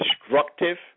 destructive